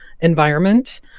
environment